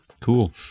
cool